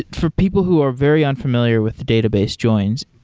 for people who are very unfamiliar with database joins,